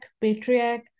patriarch